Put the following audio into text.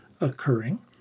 occurring